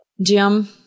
Jim